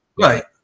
right